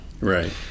right